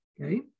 okay